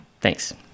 Thanks